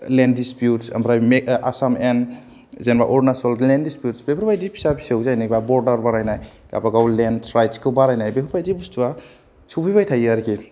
लेण्ड disputes आमफ्राय आसाम एन जेनबा अरुनासल लेण्ड दिसपिउतस बेफोरबायदि फिसा फिसौ जेनेबा बर्डार बारायनाय गावबा गाव लेण्डस राइतसखौ बारायनाय बेफोरबायदि बुसथुया सौफैबाय थायो आरोखि